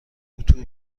اتو